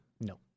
No